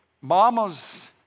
mamas